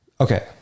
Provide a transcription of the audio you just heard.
Okay